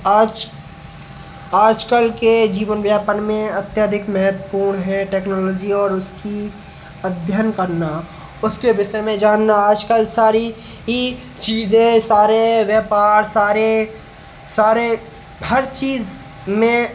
आज आजकल के जीवन यापन में अत्यधिक महत्वपूर्ण है टेक्नोलॉजी और उसकी अध्ययन करना उसके विषय में जानना आजकल सारी ही चीजें सारे व्यापार सारे सारे हर चीज में